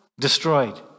Destroyed